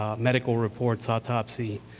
ah medical reports, autopsy,